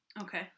Okay